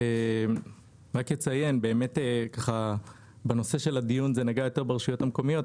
רק אציין שבנושא של הדיון זה נגע יותר ברשויות המקומיות,